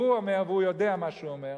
הוא אומר והוא יודע מה שהוא אומר,